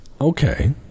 okay